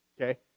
Okay